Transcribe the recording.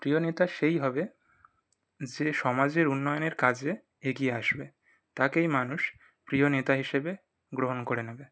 প্রিয় নেতা সেই হবে যে সমাজের উন্নয়নের কাজে এগিয়ে আসবে তাকেই মানুষ প্রিয় নেতা হিসাবে গ্রহণ করে নেবে